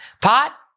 pot